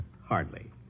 Hardly